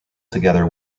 together